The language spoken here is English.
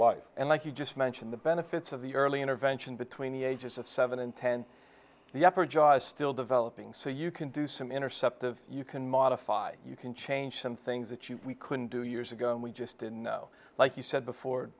life and like you just mentioned the benefits of the early intervention between the ages of seven and ten the upper jaw is still developing so you can do some intercept of you can modify you can change some things that you couldn't do years ago and we just didn't know like you said before